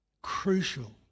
crucial